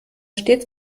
stets